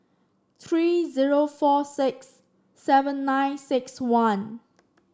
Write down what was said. three zero four six seven nine six one